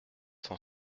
cent